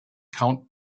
count